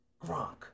Gronk